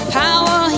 power